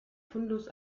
fundus